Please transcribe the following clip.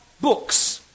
books